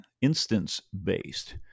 instance-based